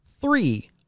Three